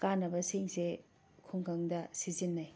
ꯀꯥꯟꯅꯕꯁꯤꯡꯁꯦ ꯈꯨꯡꯒꯪꯗ ꯁꯤꯖꯤꯟꯅꯩ